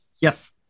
Yes